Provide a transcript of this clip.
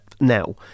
now